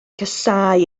casáu